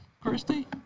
Christy